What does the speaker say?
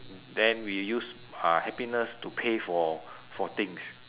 then we use uh happiness to pay for for things